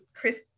Chris